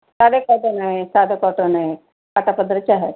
साधे कॉटन आहे साधं कॉटन आहे काठापदराच्या आहेत